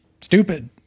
stupid